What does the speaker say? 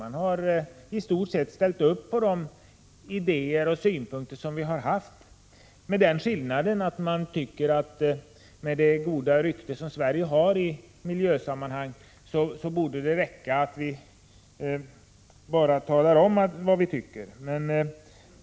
Man har i stort sätt ställt upp på de idéer och synpunkter som vi har framfört med den skillnaden att utskottet tycker att det med det goda rykte som Sverige har i miljösammanhang borde räcka att vi bara talar om vad vi tycker.